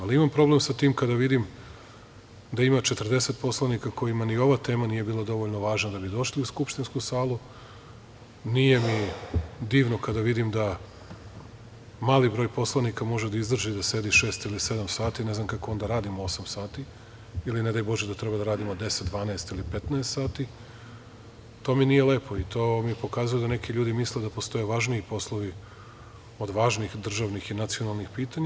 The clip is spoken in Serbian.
Ali imam problem sa tim kada vidim da ima 40 poslanika kojima ni ova tema nije bila dovoljno važna da bi došli u Skupštinsku salu, nije mi divno kada vidim da mali broj poslanika može da izdrži da sedi 6 ili 7 sati, ne znam kako onda radimo 8 sati, ne daj Bože da treba da radimo 10, 12 ili 15 sati i to mi nije lepo i to mi pokazuje da neki ljudi misle da postoje važniji poslovi od važnih državnih i nacionalnih pitanja.